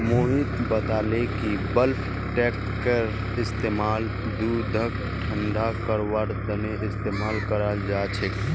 मोहित बताले कि बल्क टैंककेर इस्तेमाल दूधक ठंडा करवार तने इस्तेमाल कराल जा छे